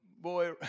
Boy